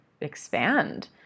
expand